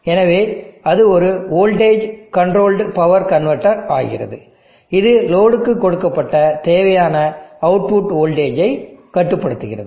எனவே இது ஒரு வோல்டேஜ் கண்ட்ரோல்டு பவர் கன்வெர்ட்டர் ஆகிறது இது லோடுக்கு கொடுக்கப்பட்ட தேவையான அவுட்புட் வோல்டேஜை கட்டுப்படுத்துகிறது